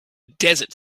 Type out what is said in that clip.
desert